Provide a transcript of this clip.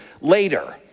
later